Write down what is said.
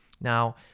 now